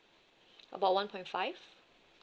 about one point five